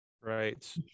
Right